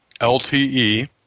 LTE